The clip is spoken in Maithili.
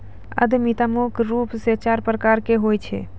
उद्यमिता मुख्य रूप से चार प्रकार के होय छै